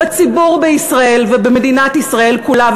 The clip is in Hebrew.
בציבור בישראל ובמדינת ישראל כולה.